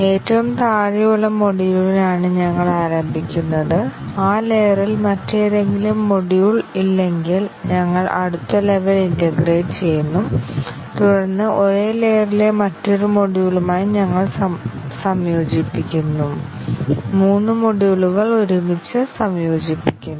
ഏറ്റവും താഴെയുള്ള മൊഡ്യൂളിലാണ് ഞങ്ങൾ ആരംഭിക്കുന്നത് ആ ലെയറിൽ മറ്റേതെങ്കിലും മൊഡ്യൂൾ ഇല്ലെങ്കിൽ ഞങ്ങൾ അടുത്ത ലെവൽ ഇന്റഗ്രേറ്റ് ചെയ്യുന്നു തുടർന്ന് ഒരേ ലെയറിലെ മറ്റൊരു മൊഡ്യൂളുമായി ഞങ്ങൾ സംയോജിപ്പിക്കുന്നു മൂന്ന് മൊഡ്യൂളുകൾ ഒരുമിച്ച് സംയോജിപ്പിക്കുന്നു